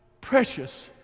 precious